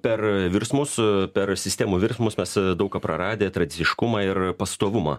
per virsmus per sistemų virsmus mes daug ką praradę tradiciškumą ir pastovumą